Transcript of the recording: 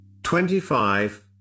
25